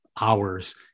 hours